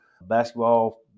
basketball